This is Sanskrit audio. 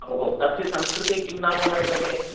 तस्य संस्कृते किं नाम वर्तते